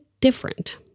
different